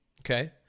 Okay